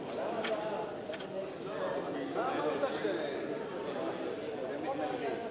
שהביא חבר הכנסת שלמה מולה לא נתקבלה.